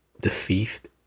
Deceased